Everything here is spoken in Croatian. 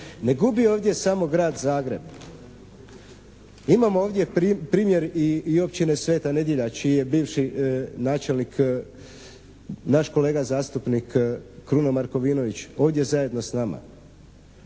Ne gubi ovdje samo Grad Zagreb. Imamo ovdje primjer i općine Sveta Nedjelja čiji je bivši načelnik naš kolega zastupnik Kruno Markovinović ovdje zajedno s nama.